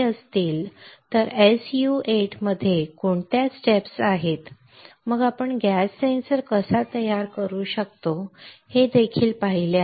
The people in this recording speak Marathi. s u 8 मध्ये कोणत्या पायऱ्या आहेत मग आपण गॅस सेन्सर कसा तयार करू शकतो हे देखील पाहिले आहे